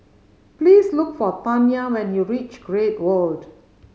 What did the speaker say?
please look for Tanya when you reach Great World